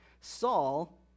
Saul